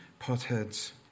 potheads